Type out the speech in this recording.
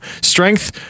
Strength